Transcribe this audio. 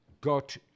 got